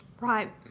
Right